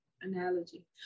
analogy